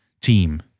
team